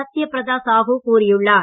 சத்ய பிரதா சாஹூ கூறியுள்ளார்